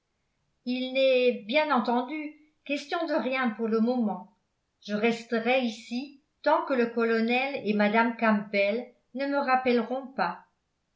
il n'est bien entendu question de rien pour le moment je resterai ici tant que le colonel et mme campbell ne me rappelleront pas